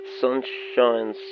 Sunshine